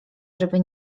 żeby